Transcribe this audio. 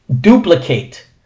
duplicate